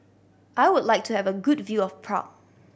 I would like to have a good view of Prague